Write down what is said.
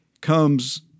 comes